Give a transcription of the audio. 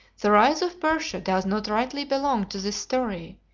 the rise of persia does not rightly belong to this story,